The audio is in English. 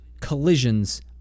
collisions